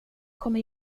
kommer